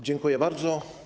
Dziękuję bardzo.